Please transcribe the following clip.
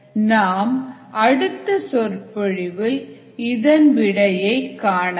நாம் அடுத்த சொற்பொழிவில் இதன் விடையை காணலாம்